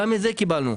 גם את זה קיבלנו.